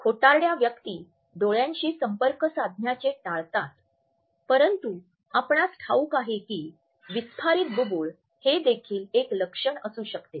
खोटारड्या व्यक्ती डोळ्यांशी संपर्क साधण्याचे टाळतात परंतु आपणास ठाऊक आहे की विस्फारित बुबुळ हे देखील एक लक्षण असू शकते